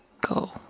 go